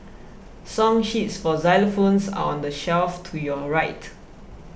song sheets for xylophones are on the shelf to your right